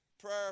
prayer